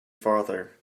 father